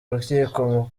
rukiko